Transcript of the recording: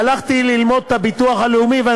והלכתי ללמוד את הביטוח הלאומי.